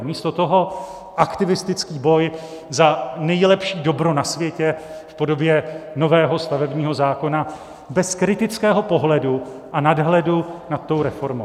Místo toho aktivistický boj za největší dobro na světě v podobě nového stavebního zákona bez kritického pohledu a nadhledu nad tou reformou.